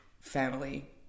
family